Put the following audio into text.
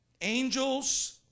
angels